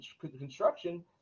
construction